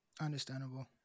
Understandable